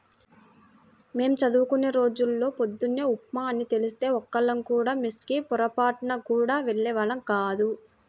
మేం చదువుకునే రోజుల్లో పొద్దున్న ఉప్మా అని తెలిస్తే ఒక్కళ్ళం కూడా మెస్ కి పొరబాటున గూడా వెళ్ళేవాళ్ళం గాదు